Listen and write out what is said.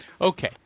Okay